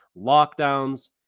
lockdowns